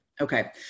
Okay